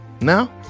Now